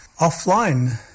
offline